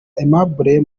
aimable